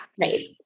right